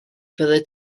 byddet